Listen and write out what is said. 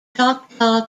choctaw